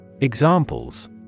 Examples